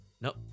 Nope